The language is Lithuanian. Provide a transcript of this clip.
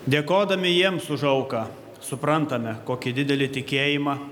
dėkodami jiems už auką suprantame kokį didelį tikėjimą